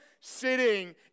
sitting